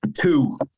Two